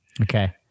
Okay